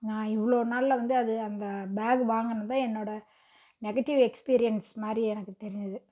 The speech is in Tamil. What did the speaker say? நான் இவ்வளோ நாளில் வந்து அது அந்த பேக் வாங்கினது தான் என்னோடய நெகட்டிவ் எக்ஸ்பீரியன்ஸ் மாதிரி எனக்கு தெரிஞ்சுது